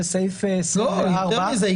זה סעיף 24. יותר מזה,